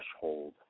threshold